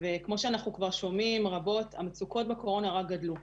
וכמו שאנחנו כבר שומעים רבות המצוקות בקורונה רק גדלו.